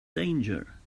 danger